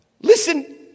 Listen